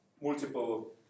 multiple